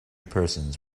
persons